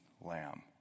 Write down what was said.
lamb